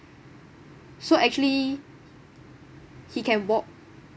so actually he can walk